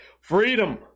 Freedom